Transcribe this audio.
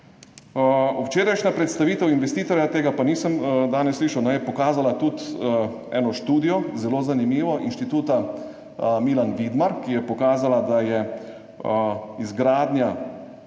Včerajšnja predstavitev investitorja, tega pa nisem danes slišal, je pokazala tudi eno zelo zanimivo študijo Elektroinštituta Milan Vidmar, ki je pokazala, da je izgradnja